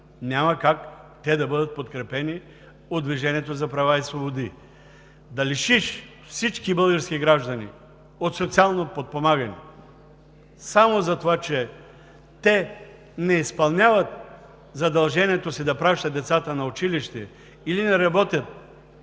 няма как те да бъдат подкрепени от „Движението за права и свободи“. Да лишиш всички български граждани от социално подпомагане, само затова че те не изпълняват задължението си да пращат децата на училище (председателят